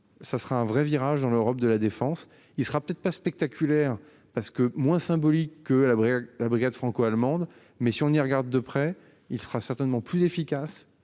ça sera un vrai virage dans l'Europe de la défense, il sera peut-être pas spectaculaire parce que moins symbolique à l'abri la brigade franco-allemande. Mais si on y regarde de près, il fera certainement plus efficace